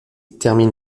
termine